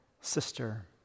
sister